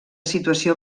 situació